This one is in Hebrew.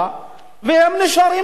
איש לא פותח את הפה.